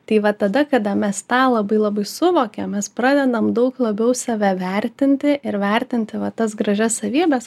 tai va tada kada mes tą labai labai suvokiam mes pradedam daug labiau save vertinti ir vertinti va tas gražias savybes